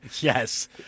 Yes